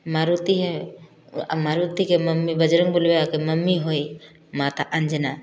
मारुति है मारुति के मम्मी बजरंगबली बाबा की मम्मी हुई माता अंजना